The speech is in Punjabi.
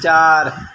ਚਾਰ